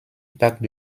parc